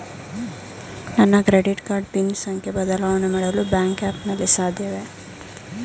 ನನ್ನ credit card pin ಸಂಖ್ಯೆ ಬದಲಾವಣೆ ಮಾಡಲು ಬ್ಯಾಂಕ್ ಆ್ಯಪ್ ನಲ್ಲಿ ಸಾಧ್ಯವೇ?